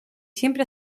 siempre